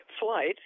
flight